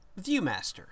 Viewmaster